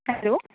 hello